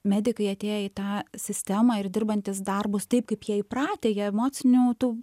medikai atėję į tą sistemą ir dirbantys darbus taip kaip jie įpratę jie emocinių tų